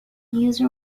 use